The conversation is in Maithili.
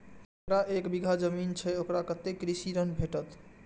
जकरा एक बिघा जमीन छै औकरा कतेक कृषि ऋण भेटत?